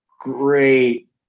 great